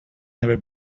never